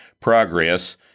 progress